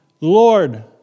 Lord